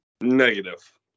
Negative